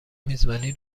میزبانی